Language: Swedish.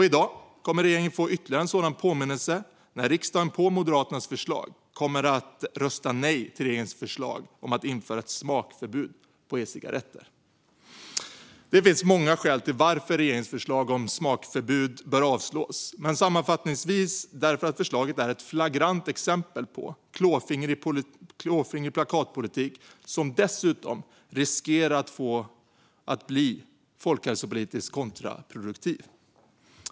I dag kommer regeringen att få ytterligare en sådan påminnelse, då riksdagen på Moderaternas förslag kommer att rösta nej till regeringens förslag om att införa ett smakförbud för ecigaretter. Det finns många skäl till att regeringens förslag om smakförbud bör avslås, men sammanfattningsvis är förslaget ett flagrant exempel på klåfingrig plakatpolitik som dessutom riskerar att bli folkhälsopolitiskt kontraproduktiv.